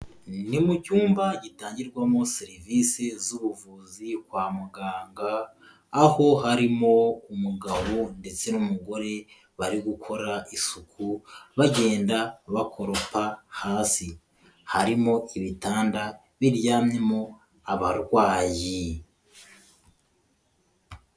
Ni mu cyumba gitangirwamo serivisi z'ubuvuzi kwa muganga, aho harimo umugabo ndetse n'umugore bari gukora isuku, bagenda bakoropa hasi, harimo ibitanda biryamyemo abarwayi.